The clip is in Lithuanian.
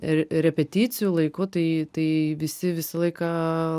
re repeticijų laiku tai tai visi visą laiką